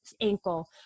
ankle